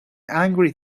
angry